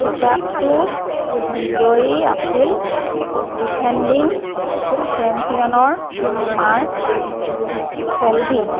খিতাপটো বিজয়ী আছিল ডিফেণ্ডিং চেম্পিয়নৰ মাৰ্ক ছেলবী